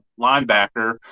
linebacker